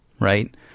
right